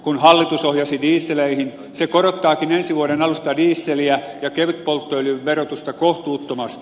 kun hallitus ohjasi dieseleihin se korottaakin ensi vuoden alussa dieseliä ja kevytpolttoöljyn hintaa kohtuuttomasti